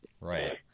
Right